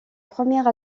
première